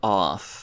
off